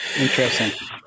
Interesting